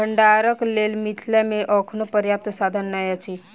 भंडारणक लेल मिथिला मे अखनो पर्याप्त साधन नै अछि